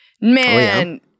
Man